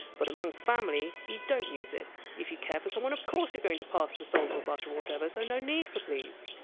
but, among family, you don't use it if you care for someone, of course you're going to pass the salt butter whatever so no need for please!